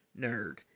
nerd